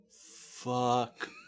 Fuck